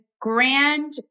grand